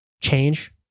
change